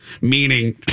Meaning